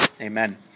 Amen